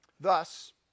Thus